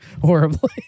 horribly